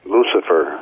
Lucifer